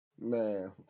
Man